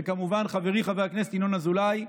וכמובן חברי חבר הכנסת ינון אזולאי,